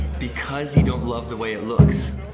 because you don't love the way it looks.